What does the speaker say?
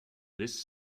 this